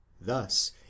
Thus